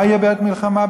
מה יהיה בעת מלחמה,